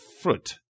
fruit